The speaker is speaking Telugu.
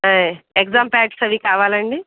ఆయ్ ఎగ్జామ్ ప్యాడ్స్ అవి కావాలండి